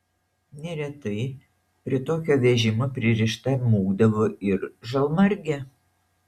neretai prie tokio vežimo pririšta mūkdavo ir žalmargė